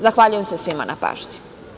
Zahvaljujem se svima na pažnji.